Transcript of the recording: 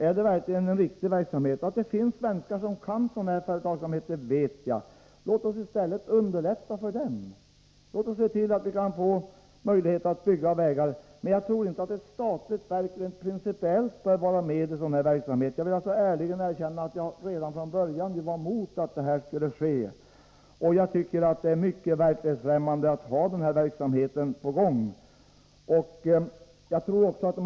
Är det verkligen en riktig verksamhet? Jag vet att det finns svenskar som kan den här typen av företagsamhet. Låt oss i stället underlätta för dem. Låt oss se till att de kan få möjlighet att bygga vägar. Men jag tycker rent principiellt inte att ett statligt verk skall delta i sådan här verksamhet. Jag vill ärligt erkänna att jag redan från början var emot den — jag tycker att det är mycket verklighetsfrämmande att staten skall bedriva denna verksamhet.